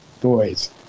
boys